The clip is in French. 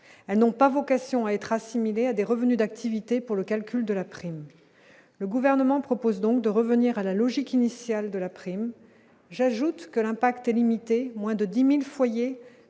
elles n'ont pas vocation à être assimilés à des revenus d'activité pour le calcul de la prime, le gouvernement propose donc de revenir à la logique initiale de la prime, j'ajoute que l'impact est limité, moins de 10 1000 foyers